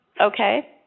Okay